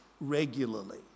regularly